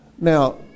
Now